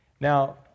Now